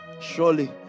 Surely